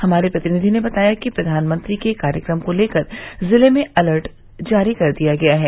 हमारे प्रतिनिधि ने बताया कि प्रघानमंत्री के कार्यक्रम को लेकर जिले में अलर्ट जारी कर दिया गया है